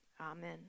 amen